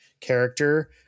character